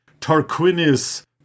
Tarquinius